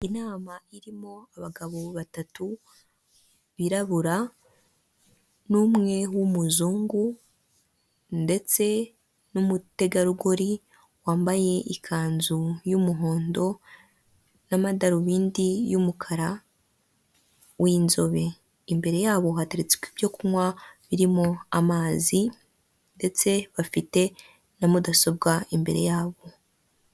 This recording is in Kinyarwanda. Inama irimo abagabo batatu birabura n'umwe w'umuzungu ndetse n'umutegarugori wambaye ikanzu y'umuhondo n'amadarubindi y'umukara w'inzobe, imbere yabo hateretswe ibyo kunywa birimo amazi ndetse bafite na mudasobwa imbere yabo.